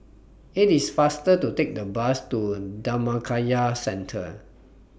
IT IS faster to Take The Bus to Dhammakaya Centre